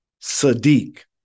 Sadiq